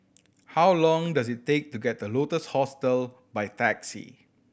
how long does it take to get to Lotus Hostel by taxi